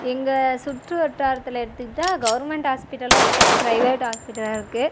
எங்கள் சுற்றுவட்டாரத்தில் எடுத்துக்கிட்டால் கவர்மண்ட் ஹாஸ்பிட்டலும் இருக்குது ப்ரைவேட் ஹாஸ்பிட்டலும் இருக்குது